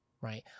right